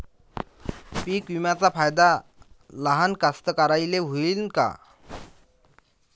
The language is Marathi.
पीक विम्याचा फायदा लहान कास्तकाराइले होईन का?